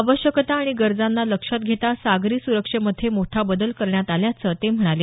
आवश्यकता आणि गरजांना लक्षात घेता सागरी सुरक्षेमध्ये मोठा बदल करण्यात आल्याचं ते म्हणाले